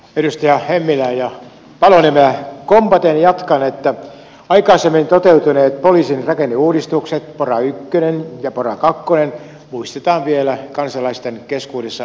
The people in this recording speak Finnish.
edustaja hemmilää ja paloniemeä kompaten jatkan että aikaisemmin toteutuneet poliisin rakenneuudistukset pora ykkönen ja pora kakkonen muistetaan vielä kansalaisten keskuudessa epäonnistuneina